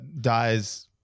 dies